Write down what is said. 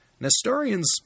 Nestorians